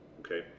Okay